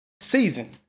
season